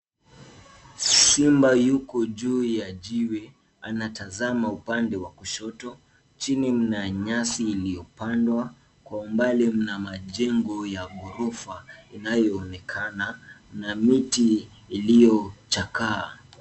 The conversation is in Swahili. Simba yuko juu ya jiwe. Anatazama upande wa kushoto. Chini mna nyasi iliyopandwa. Kwa umbali mna majengo ya ghorofa inayoonekana, na miti iliyochakaa.